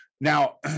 now